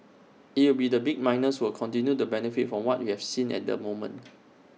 IT will be the big miners who will continue to benefit from what we have seen at the moment